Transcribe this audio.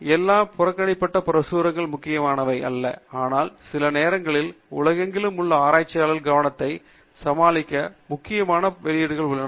எல்லா புறக்கணிக்கப்பட்ட பிரசுரங்களும் முக்கியமானவை அல்ல ஆனால் சில நேரங்களில் உலகெங்கிலும் உள்ள ஆராய்ச்சியாளர்களின் கவனத்தைச் சமாளிக்க சில முக்கியமான பயனுள்ள வெளியீடுகள் உள்ளன